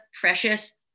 precious